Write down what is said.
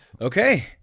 Okay